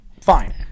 Fine